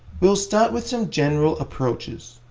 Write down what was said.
we'll start with some general approaches.